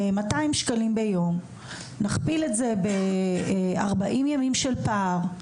200 שקלים ביום נכפיל את זה ב-40 ימים של פער,